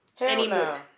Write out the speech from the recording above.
anymore